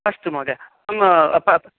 अस्तु महोदय मम प